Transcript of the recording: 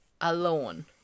alone